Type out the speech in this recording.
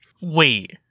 Wait